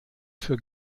für